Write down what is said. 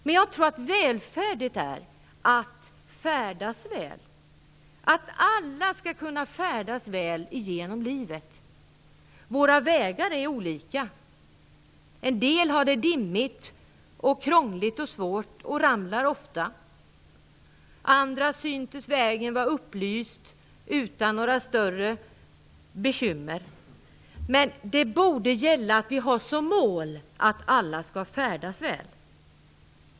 Men jag tror att välfärd är att "färdas väl" - att alla skall kunna färdas väl genom livet. Våra vägar är olika. En del har det dimmigt, krångligt och svårt och ramlar ofta. Andra synes vägen vara upplyst utan några större bekymmer. Ändå borde vi ha som mål att alla skall färdas väl.